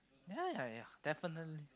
ya ya ya definitely